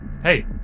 Hey